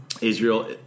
Israel